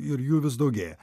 ir jų vis daugėja